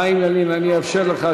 חברת הכנסת קארין אלהרר, אני מודה לך,